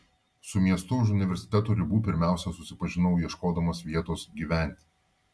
su miestu už universiteto ribų pirmiausia susipažinau ieškodamas vietos gyventi